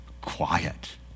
quiet